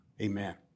Amen